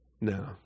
no